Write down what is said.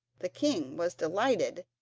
the king was delighted,